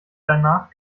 danach